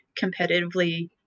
competitively